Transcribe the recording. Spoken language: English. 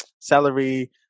celery